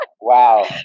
Wow